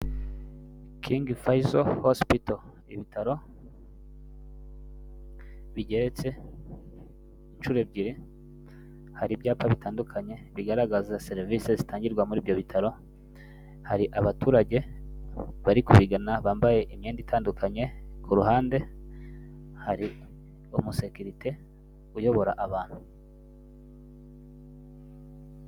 King Faisal hospital ibitaro bigeretse inshuro ebyiri hari ibyapa bitandukanye bigaragaza serivisi zitangirwa muri ibyo bitaro, hari abaturage bari kubigana bambaye imyenda itandukanye, kuruhande hari umusekirite uyobora abantu.